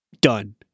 done